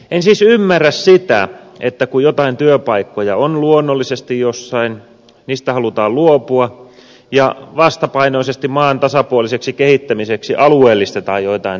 en siis ymmärrä sitä että kun joitain työpaikkoja on luonnollisesti jossain niistä halutaan luopua ja vastapainoisesti maan tasapuoliseksi kehittämiseksi alueellistetaan joitain työpaikkoja